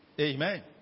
Amen